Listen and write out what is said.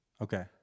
Okay